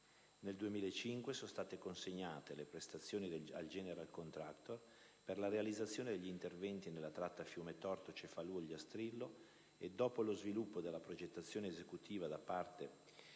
Nel 2005 sono state consegnate le prestazioni al *General* *Contractor* per la realizzazione degli interventi nella tratta Fiumetorto-Cefalù Ogliastrillo. Dopo lo sviluppo della progettazione esecutiva da parte del